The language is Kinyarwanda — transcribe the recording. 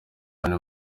cyane